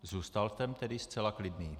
Zůstal jsem tedy zcela klidný.